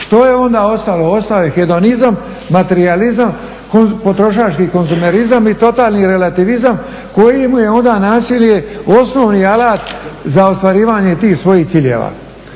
što je onda ostalo? Ostao je hedonizam, materijalizam, potrošački konzumerizam i totalni relativizam kojemu je onda nasilje osnovni alat za ostvarivanje tih svojih ciljeva.